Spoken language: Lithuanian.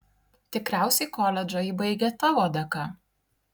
tikriausiai koledžą ji baigė tavo dėka